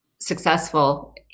successful